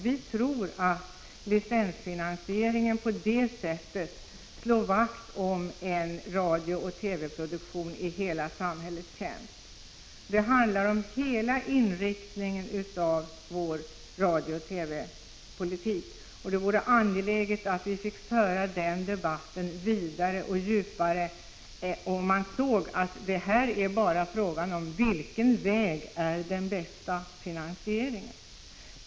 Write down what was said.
Vi tror att licensfinansieringen på det sättet slår vakt om en radiooch TV produktion i hela samhällets tjänst. Det handlar om inriktningen av hela vår radiooch TV-politik. Det vore angeläget att föra den debatten vidare och djupare, om man såg att det bara är fråga om vilken väg som är den bästa för finansieringen.